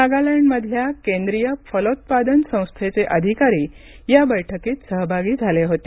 नागालँडमधल्या केंद्रीय फलोत्पादन संस्थेचे अधिकारी या बैठकीत सहभागी झाले होते